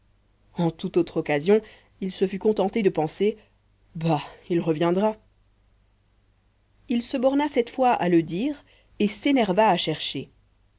en toute autre occasion il se fût contenté de penser bah il reviendra il se borna cette fois à le dire et s'énerva à chercher